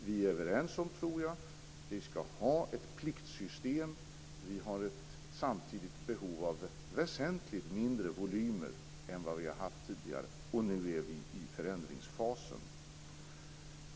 Vi är överens om att ha ett pliktsystem, men att behovet är väsentligt mindre volymer än tidigare. Nu är vi i förändringsfasen.